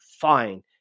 fine